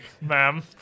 ma'am